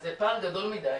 אז זה פער גדול מדי,